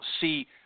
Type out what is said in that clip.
see